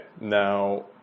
now